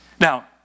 Now